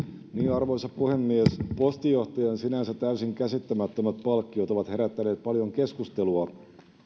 arvoisa puhemies postin johtajan sinänsä täysin käsittämättömät palkkiot ovat herättäneet paljon keskustelua